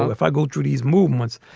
um if i go through these movements,